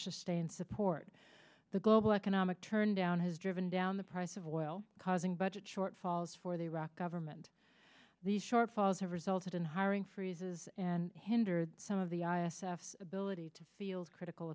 sustained support the global economic turndown has driven down the price of oil causing budget shortfalls for the iraqi government the shortfalls have resulted in hiring freezes and hindered some of the i s f ability to field critical